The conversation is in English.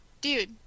dude